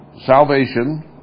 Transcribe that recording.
Salvation